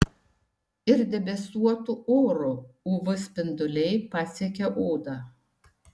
ir debesuotu oru uv spinduliai pasiekia odą